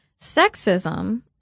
sexism